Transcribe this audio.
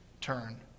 turn